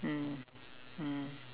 mm mm